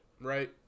right